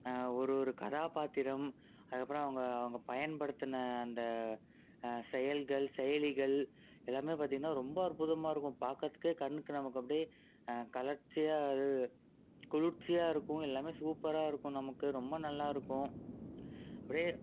ஒரு ஒரு கதாப்பாத்திரம் அதுக்கப்புறம் அவங்க அவங்க பயன்படுத்தின அந்த செயல்கள் செயலிகள் எல்லாமே பார்த்தீங்கன்னா ரொம்ப அற்புதமாக இருக்கும் பார்க்கறத்துக்கே கண்ணுக்கு நமக்கு அப்படியே கலர்ச்சியாக அது குளிர்ச்சியாக இருக்கும் எல்லாமே சூப்பராக இருக்கும் நமக்கு ரொம்ப நல்லாயிருக்கும் அப்படியே